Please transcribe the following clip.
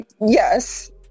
yes